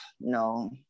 no